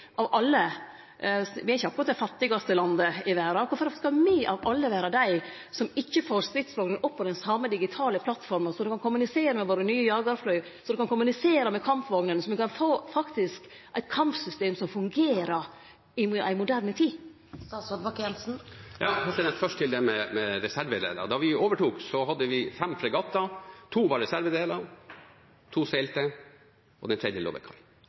av alle – vi er ikkje akkurat det fattigaste landet i verda – vere dei som ikkje får stridsvognene opp på den same digitale plattforma så me kan kommunisere med våre nye jagarfly, så me kan kommunisere med kampvognene, så me faktisk kan få eit kampsystem som fungerer i ei moderne tid? Først til dette med reservedeler. Da vi overtok, hadde vi fem fregatter – to fungerte som reservedeler, to seilte og den